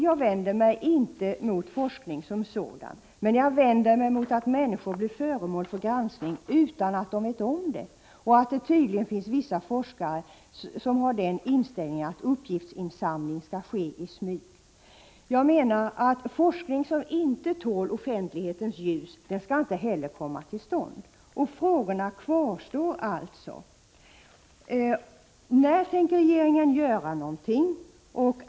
Jag vänder mig inte mot forskning som sådan, men jag vänder mig mot att människor blir föremål för granskning utan att de vet om det, och att det tydligen finns vissa forskare som har den inställningen att uppgiftsinsamling skall ske i smyg. Jag menar att forskning som inte tål offentlighetens ljus skall inte heller komma till stånd. Frågorna kvarstår alltså: När tänker regeringen göra någonting?